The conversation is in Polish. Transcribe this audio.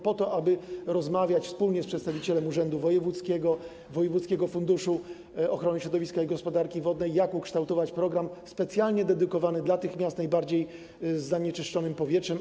Chodzi o to, aby rozmawiać wspólnie z przedstawicielem urzędu wojewódzkiego, wojewódzkiego funduszu ochrony środowiska i gospodarki wodnej, jak ukształtować program specjalnie dedykowany miastom z najbardziej zanieczyszczonym powietrzem.